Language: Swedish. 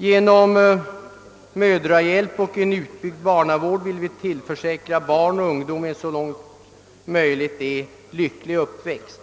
Genom mödrahjälp och en utbyggd barnavård vill vi tillförsäkra barn och ungdom en så långt möjligt lycklig uppväxt.